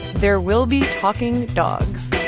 there will be talking dogs